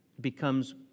becomes